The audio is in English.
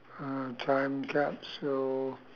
uh time capsule